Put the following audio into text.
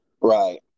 Right